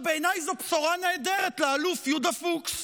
בעיניי זו בשורה נהדרת לאלוף יהודה פוקס,